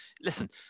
listen